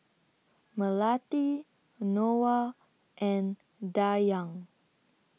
Melati Noah and Dayang